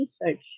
research